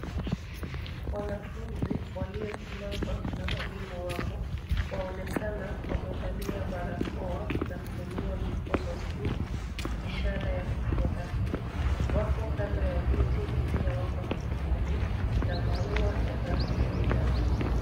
Wanafunzi waliosimama na walimu wao waonekana wamevalia barakoa na kuinua mikono juu ishara ya kufurahi. Wako kando ya mti iliyowapa kivuli na maua ya rangi ya njano.